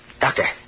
Doctor